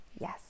yes